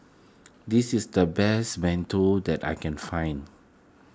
this is the best Mantou that I can find